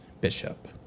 Bishop